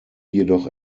jedoch